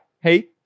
hey